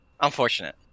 Unfortunate